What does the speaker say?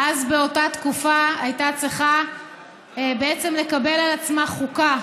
באותה תקופה הייתה צריכה לקבל על עצמה חוקה.